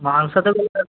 ਮਾਨਸਾ ਤੋਂ ਬੋਲ ਰਹੇ ਹੋ